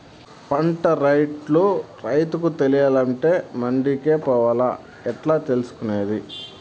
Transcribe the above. పంట రేట్లు రైతుకు తెలియాలంటే మండి కే పోవాలా? ఎట్లా తెలుసుకొనేది?